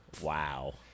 wow